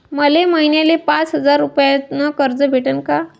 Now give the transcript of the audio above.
मले महिन्याले पाच हजार रुपयानं कर्ज भेटन का?